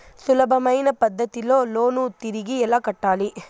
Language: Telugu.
సులభమైన పద్ధతిలో లోను తిరిగి ఎలా కట్టాలి